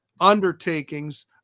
undertakings